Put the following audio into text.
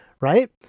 right